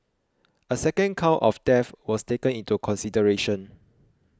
a second count of theft was taken into consideration